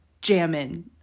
jamming